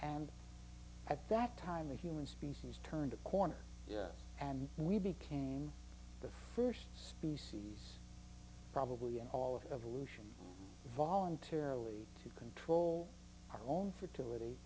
and at that time the human species turned a corner and we became the first species probably end all of evolution voluntarily to control our own fertility